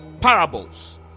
parables